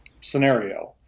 scenario